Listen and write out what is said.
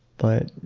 but,